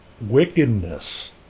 wickedness